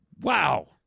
wow